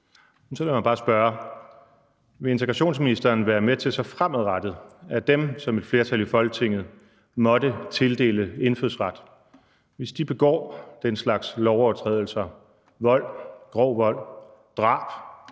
så lad mig bare spørge: Vil udlændinge- og integrationsministeren være med til så fremadrettet, at hvis de personer, som et flertal i Folketinget måtte tildele indfødsret, begår den slags lovovertrædelser, vold, grov vold, drab,